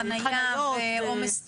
חניה ועומס תנועה.